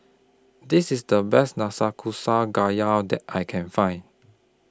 This IS The Best that I Can Find